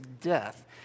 death